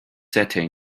setting